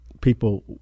people